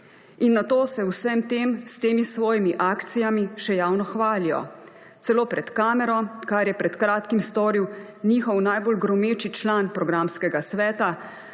In nato se o vsem tem s temi svojimi akcijami še javno hvalijo, celo pred kamero, kar je pred kratkim storil njihov najbolj gromeči član programskega sveta,